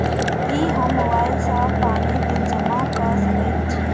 की हम मोबाइल सँ पानि बिल जमा कऽ सकैत छी?